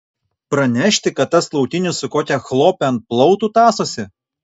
pranešti kad tas laukinis su kokia chlope ant plautų tąsosi